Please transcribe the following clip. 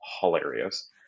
hilarious